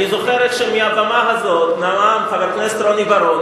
אני זוכר איך מהבמה הזאת נאם חבר הכנסת רוני בר-און,